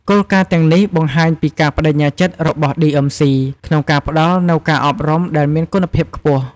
គោលការណ៍ទាំងនេះបង្ហាញពីការប្តេជ្ញាចិត្តរបស់ ឌីអឹមស៊ី (DMC) ក្នុងការផ្តល់នូវការអប់រំដែលមានគុណភាពខ្ពស់។